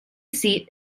seat